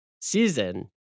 season